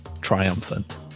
triumphant